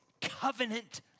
covenant